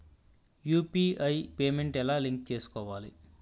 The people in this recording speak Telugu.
యు.పి.ఐ పేమెంట్ ఎలా లింక్ చేసుకోవాలి?